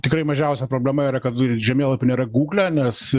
tikrai mažiausia problema yra kad žemėlapių nėra gugle nes